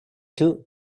too